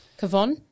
Kavon